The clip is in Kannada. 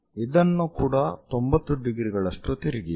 ಇದನ್ನೂ ಕೂಡಾ 90 ಡಿಗ್ರಿಗಳಷ್ಟು ತಿರುಗಿಸಿ